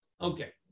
okay